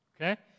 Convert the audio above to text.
Okay